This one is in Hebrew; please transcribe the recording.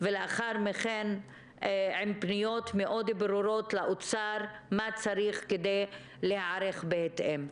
ולאחר מכן עם פניות מאוד ברורות לאוצר מה צריך כדי להיערך בהתאם.